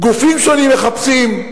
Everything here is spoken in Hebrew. גופים שונים מחפשים,